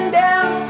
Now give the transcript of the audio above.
down